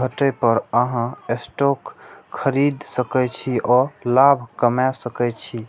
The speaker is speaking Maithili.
घटै पर अहां स्टॉक खरीद सकै छी आ लाभ कमा सकै छी